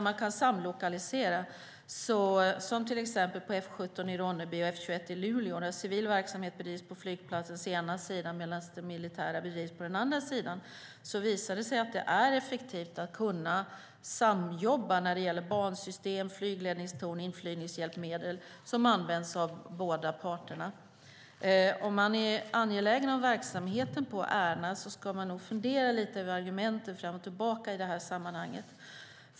Man kan samlokalisera, som till exempel på F 17 i Ronneby och F 21 i Luleå, där civil flygverksamhet bedrivs på flygplatsens ena sida medan den militära bedrivs på den andra sidan. Det visar sig att det är effektivt att samjobba när det gäller bansystem, flygledningstorn och inflygningshjälpmedel som används av båda parterna. Om man är angelägen om verksamheten på Ärna ska man nog fundera lite över argumenten fram och tillbaka i det här sammanhanget.